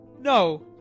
No